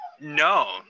No